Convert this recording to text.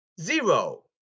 Zero